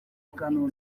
akanunu